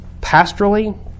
pastorally